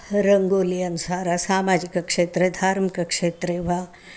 रङ्गवल्ल्याः अनुसारं सामाजिकक्षेत्रे धार्मिकक्षेत्रे वा